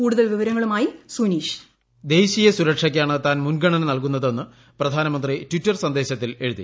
കൂടുതൽ വിവരങ്ങളുമായി സുനീഷ് വോയ്സ് ദേശീയ സുരക്ഷയ്ക്കാണ് തൃൻ മുൻഗണന നൽകുന്നതെന്നും പ്രധാനമന്ത്രി ടിറ്റർ ന്യൂന്ദേശത്തിൽ എഴുതി